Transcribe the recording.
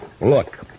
Look